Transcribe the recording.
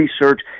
research